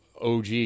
OG